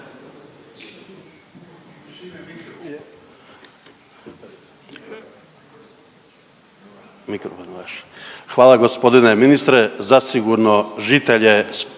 Hvala gospodine ministre. Zasigurno žitelje